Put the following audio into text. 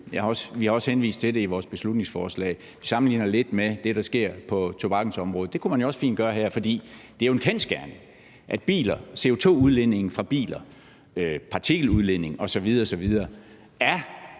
Vi har også henvist til det i vores beslutningsforslag. Vi sammenligner det lidt med det, der sker på tobaksområdet – det kunne man jo også fint gøre her. For det er jo en kendsgerning, at CO2-udledningen fra biler, partikeludledningen osv. osv. er